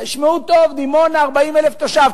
תשמעו טוב, דימונה 40,000 תושב.